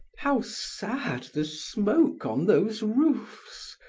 how sad the smoke on those roofs!